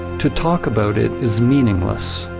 to talk about it is meaningless.